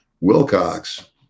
Wilcox